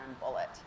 bullet